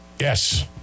Yes